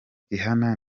rihanna